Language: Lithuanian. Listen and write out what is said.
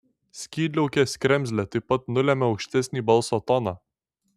skydliaukės kremzlė taip pat nulemia aukštesnį balso toną